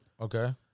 Okay